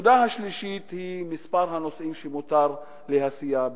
הנקודה השלישית היא מספר הנוסעים שמותר להסיע באוטובוס.